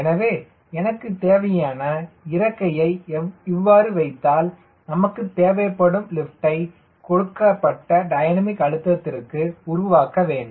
எனவே எனக்கு தேவையான இறக்கையை இவ்வாறு வைத்தால் நமக்குத் தேவைப்படும் லிப்ட்யை கொடுக்கப்பட்ட டைனமிக் அழுத்தத்திற்கு உருவாக்க வேண்டும்